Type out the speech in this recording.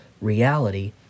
reality